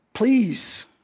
Please